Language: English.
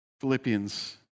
Philippians